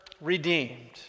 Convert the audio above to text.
redeemed